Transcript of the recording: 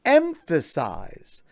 emphasize